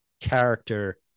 character